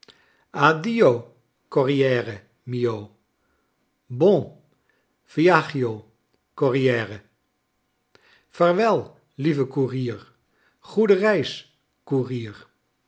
corriere mio buon viaggio corriere vaarwel lieve koerier goede reis koerier